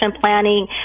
planning